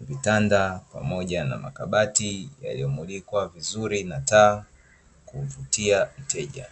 vitanda pamoja na makabati yaliyomulikwa vizuri na taa kumvutia mteja.